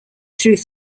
through